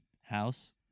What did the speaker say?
house